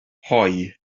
hoe